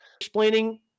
explaining